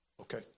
okay